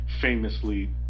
famously